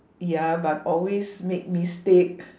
ya but always make mistake